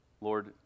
Lord